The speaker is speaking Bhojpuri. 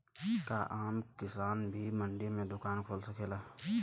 का आम किसान भी मंडी में दुकान खोल सकेला?